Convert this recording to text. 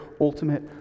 ultimate